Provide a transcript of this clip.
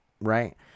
right